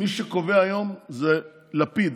מי שקובע היום זה לפיד.